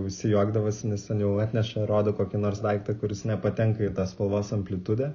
visi juokdavosi nes ten jau atneša rado kokį nors daiktą kuris nepatenka į tos spalvos amplitudę